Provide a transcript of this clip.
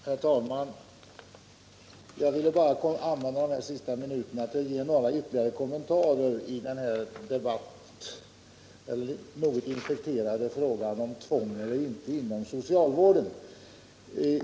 Herr talman! Jag vill använda de sista minuterna för att göra ytterligare några kommentarer i debatten om den något infekterade frågan: tvång eller inte inom socialvården.